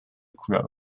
growth